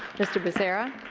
mr. becerra.